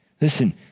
Listen